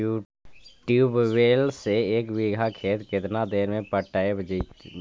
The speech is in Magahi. ट्यूबवेल से एक बिघा खेत केतना देर में पटैबए जितै?